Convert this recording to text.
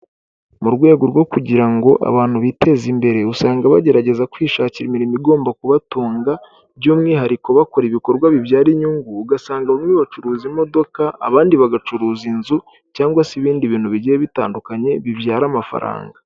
Mu rwego rwo kugira ngo abantu biteze imbere, usanga bagerageza kwishakira imirimo igomba kubatunga by'umwihariko bakora ibikorwa bibyara inyungu, ugasanga bamwe bacuruza imodoka, abandi bagacuruza inzu cyangwa se ibindi bintu bigiye bitandukanye bibyara amafaranga.